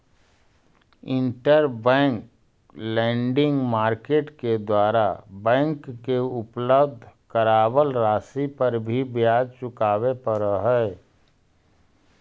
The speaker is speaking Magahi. इंटरबैंक लेंडिंग मार्केट के द्वारा बैंक के उपलब्ध करावल राशि पर ब्याज भी चुकावे पड़ऽ हइ